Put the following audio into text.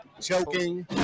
choking